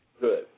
good